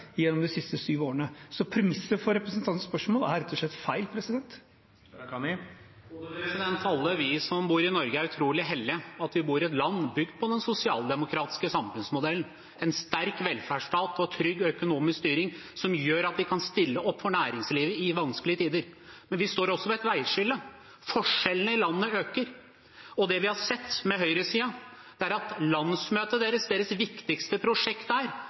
gjennom de siste syv årene. Så premisset for representantens spørsmål er rett og slett feil. Alle vi som bor i Norge, er utrolig heldige. Vi bor i et land bygd på den sosialdemokratiske samfunnsmodellen – en sterk velferdsstat med trygg økonomisk styring, som gjør at vi kan stille opp for næringslivet i vanskelige tider. Men vi står også ved et veiskille. Forskjellene i landet øker, og det vi har sett fra Høyres side på landsmøtet, er at deres viktigste prosjekt der